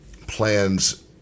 plans